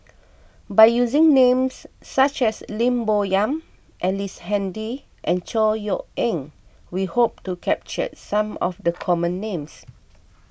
by using names such as Lim Bo Yam Ellice Handy and Chor Yeok Eng we hope to capture some of the common names